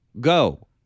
Go